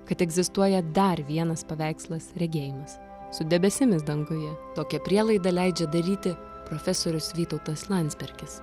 kad egzistuoja dar vienas paveikslas regėjimas su debesimis danguje tokią prielaidą leidžia daryti profesorius vytautas landsbergis